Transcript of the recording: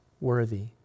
worthy